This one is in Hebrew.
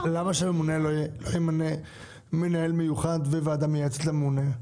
למה שהממונה לא ימנה מנהל מיוחד ווועדה מייעצת לממונה?